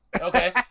Okay